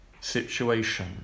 situation